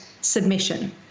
submission